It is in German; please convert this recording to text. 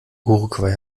uruguay